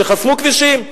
שחסמו כבישים,